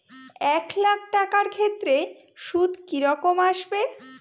এক লাখ টাকার ক্ষেত্রে সুদ কি রকম আসবে?